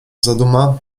zaduma